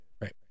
Right